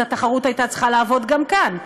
אז התחרות הייתה צריכה לעבוד גם כאן.